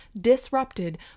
disrupted